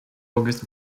august